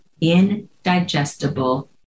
indigestible